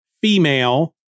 female